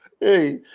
Hey